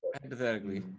Hypothetically